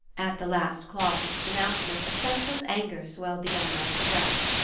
at the last clause of this announcement a senseless anger swelled the young man's breast.